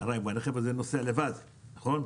הרי הרכב הזה נוסע לבד, נכון?